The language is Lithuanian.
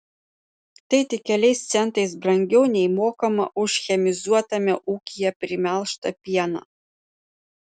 tai tik keliais centais brangiau nei mokama už chemizuotame ūkyje primelžtą pieną